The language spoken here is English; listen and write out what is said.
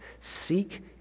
Seek